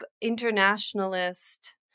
internationalist